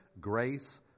grace